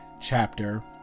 chapter